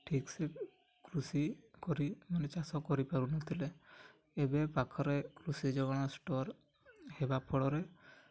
ଠିକ୍ସେ କୃଷି କରି ମାନେ ଚାଷ କରିପାରୁନଥିଲେ ଏବେ ପାଖରେ କୃଷି ଯୋଗାଣ ଷ୍ଟୋର୍ ହେବା ଫଳରେ